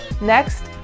next